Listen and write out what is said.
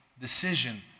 decision